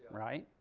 right?